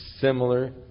similar